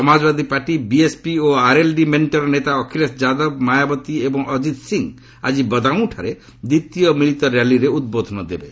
Samajwadi party BSP ଓ RLD ମେଣ୍ଟର ନେତା ଅଖିଳେଶ ଯାଦବ ମାୟାବତୀ ଏବଂ ଅକିତ୍ ସିଂ ଆଜି ବଦାୟୁଁଠାରେ ଦ୍ୱିତୀୟ ମିଳିତ ର୍ୟାଲିରେ ଉଦ୍ବୋଧନ ଦେବେ